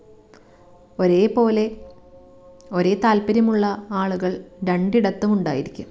ഒരേപോലെ ഒരേ താൽപ്പര്യമുള്ള ആളുകൾ രണ്ടിടത്തുമുണ്ടായിരിക്കും